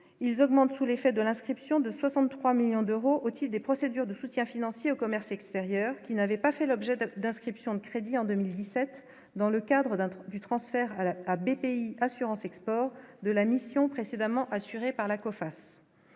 ils augmentent sous l'effet de l'inscription de 63 millions d'euros au-dessus des procédures de soutien financier au commerce extérieur, qui n'avait pas fait l'objet d'actes d'inscriptions de crédits en 2017 dans le cadre d'un tour du transfert à BP assurance export de la mission précédemment assuré par la Coface,